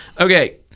okay